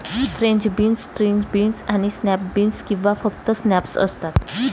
French beans, string beans आणि snap beans किंवा फक्त स्नॅप्स असतात